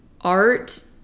art